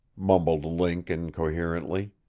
mumbled link incoherently,